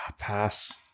pass